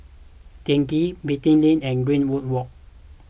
Teck Ghee Beatty Lane and Greenwood Walk